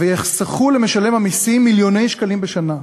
ויחסכו למשלם המסים מיליוני שקלים בשנה.